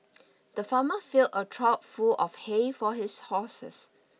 the farmer filled a trough full of hay for his horses